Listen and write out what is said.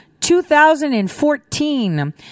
2014